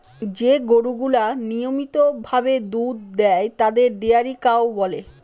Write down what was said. যে গরুগুলা নিয়মিত ভাবে দুধ দেয় তাদের ডেয়ারি কাউ বলে